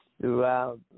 throughout